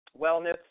wellness